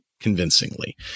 convincingly